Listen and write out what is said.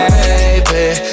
baby